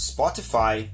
Spotify